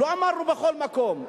לא אמרנו: בכל מקום.